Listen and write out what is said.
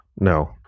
No